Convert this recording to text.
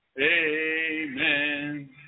Amen